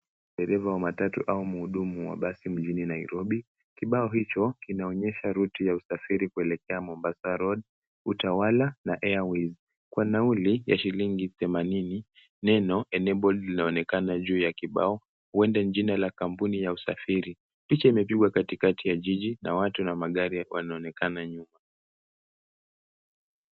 Dereva wa matatu au mhudumu wa basi mjini Nairobi. Kibao hicho kinaonyesha route ya usafiri kuelekea Mombasa Road, Utawala na Airways kwa nauli ya shilingi themanini. Neno Enabled inaonekana juu ya kibao, huenda ni jina la kampuni ya usafiri. Picha ime katikati ya jiji na watu na magari yako yanaonekana nyuma.